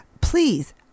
Please